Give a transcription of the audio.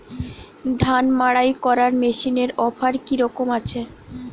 ধান মাড়াই করার মেশিনের অফার কী রকম আছে?